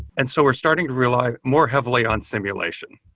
and so we're starting to rely more heavily on simulation.